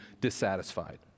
dissatisfied